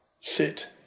sit